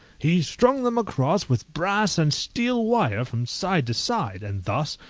he strung them across with brass and steel wire from side to side, and thus,